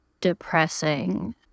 depressing